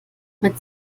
mit